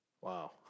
Wow